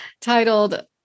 titled